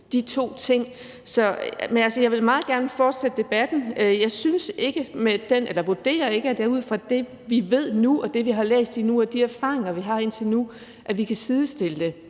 de to ting. Men jeg vil meget gerne fortsætte debatten. Jeg vurderer ikke, at vi ud fra det, vi ved nu, og det, vi har læst indtil nu, og de erfaringer, vi har indtil nu, kan sidestille de